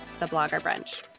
thebloggerbrunch